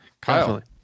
kyle